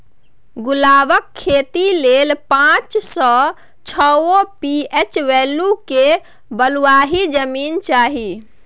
गुलाबक खेती लेल पाँच सँ छओ पी.एच बैल्यु केर बलुआही जमीन चाही